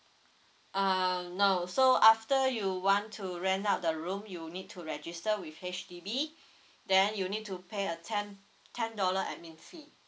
um no so after you want to rent out the room you'll need to register with H_D_B then you need to pay a ten ten dollar admin fee